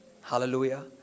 hallelujah